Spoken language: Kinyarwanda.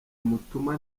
mutuma